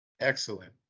Excellent